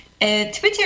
Twitter